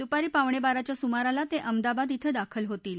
दुपारी पावणे बाराच्या सुमाराला ते अहमदाबाद शि दाखल होतील